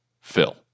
Phil